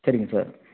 சரிங்க சார்